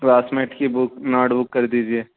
classmate کی book notebook کر دیجیے